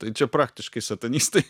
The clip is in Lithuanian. tai čia praktiškai satanistai